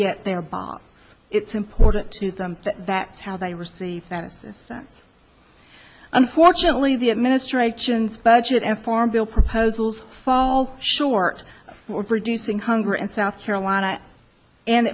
get their bath it's important to them that how they receive fantasist cents unfortunately the administration's budget and farm bill proposals fall short for producing hunger and south carolina and